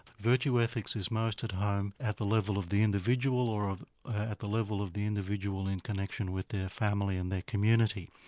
virtue ethics is most at home at the level of the individual or at the level of the individual in connection with their family and their community.